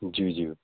ज्यू ज्यू